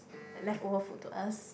like leftover food to us